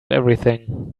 everything